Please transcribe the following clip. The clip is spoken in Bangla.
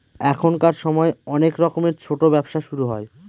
এখনকার সময় অনেক রকমের ছোটো ব্যবসা শুরু হয়